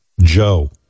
Joe